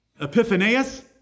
Epiphanius